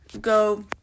go